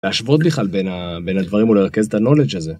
‫להשוות בכלל בין ה... בין הדברים ‫או לרכז את ה-knowledge הזה.